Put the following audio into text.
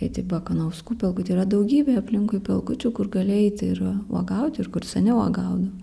eit į bakanauskų pelkut yra daugybė aplinkui pelkučių kur gali eiti ir uogauti ir kur seniau uogaudavo